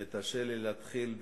ותרשה לי להתחיל בתודות.